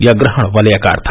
यह ग्रहण वलयाकार था